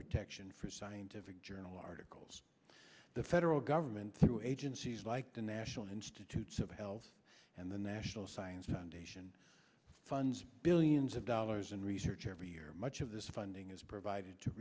protect for scientific journal articles the federal government through agencies like the national institutes of health and the national science foundation funds billions of dollars in research every year much of this funding is provided to